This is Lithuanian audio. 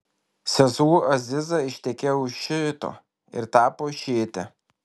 sesuo aziza ištekėjo už šiito ir tapo šiite